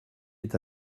est